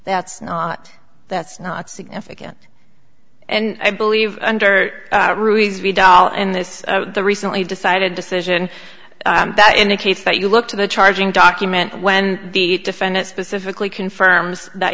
that's not that's not significant and i believe in this the recently decided decision that indicates that you look to the charging document when the defendant specifically confirms that